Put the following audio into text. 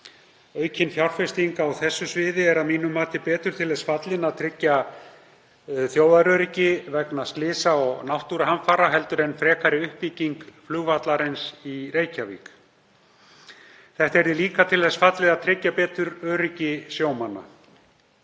Aukin fjárfesting á þessu sviði er að mínu mati betur til þess fallin að tryggja þjóðaröryggi vegna slysa og náttúruhamfara en frekari uppbygging flugvallarins í Reykjavík. Þetta yrði líka til þess fallið að tryggja betur öryggi sjómanna.